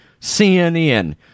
CNN